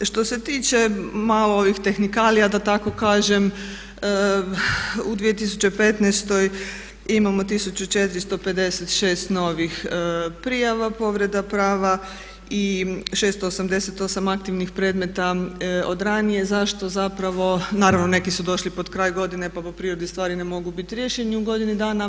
Što se tiče malo ovih tehnikalija da tako kažem, u 2015. imamo 1456 novih prijava povreda prava i 688 aktivnih predmeta od ranije zašto zapravo naravno neki su došli pod kraj godine pa po prirodi stvari ne mogu biti riješeni u godini dana.